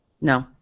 No